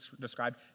described